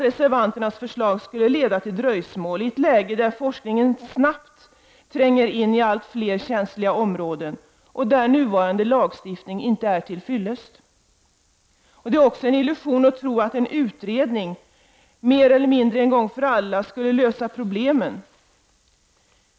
Reservanternas förslag skulle leda till dröjsmål i ett läge, där forskningen snabbt tränger in i allt fler känsliga områden och där nuvarande lagstiftning inte är till fyllest. Det är också en illusion att tro att en utredning mer eller mindre en gång för alla skulle lösa problemen.